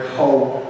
hope